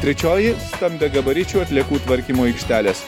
trečioji stambiagabaričių atliekų tvarkymo aikštelės